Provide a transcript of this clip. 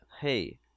Hey